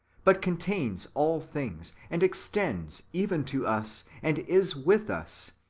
but contains all things, and extends even to us, and is with us,